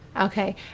Okay